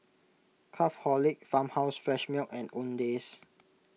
Craftholic Farmhouse Fresh Milk and Owndays